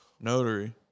Notary